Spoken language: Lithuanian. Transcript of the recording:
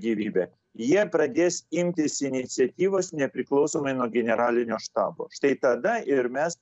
gyvybę jie pradės imtis iniciatyvos nepriklausomai nuo generalinio štabo štai tada ir mes